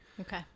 Okay